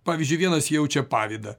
pavyzdžiui vienas jaučia pavydą